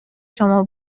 شما